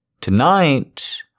...tonight